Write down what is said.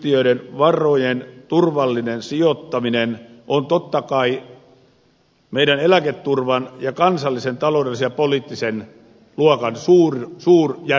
työeläkeyhtiöiden varojen turvallinen sijoittaminen on totta kai meidän eläketurvan ja kansallisen taloudellisen ja poliittisen luokan suurjättikysymys